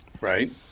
right